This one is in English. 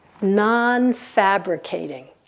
non-fabricating